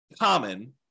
common